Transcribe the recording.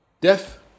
death